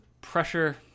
pressure